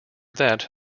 that